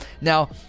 now